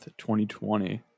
2020